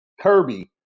Kirby